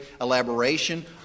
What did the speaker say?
elaboration